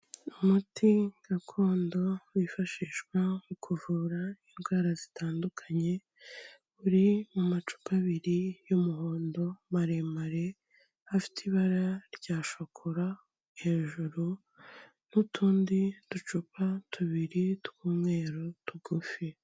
Umuti gakondo wifashishwa mu kuvura indwara zitandukanye, uri mu macupa abiri y'umuhondo maremare afite ibara rya shokora hejuru n'utundi ducupa tubiri tw'umweru tugufi.